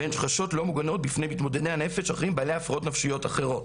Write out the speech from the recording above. והן חשות לא מוגנות בפני מתמודדי הנפש האחרים בעלי הפרעות נפשיות אחרות.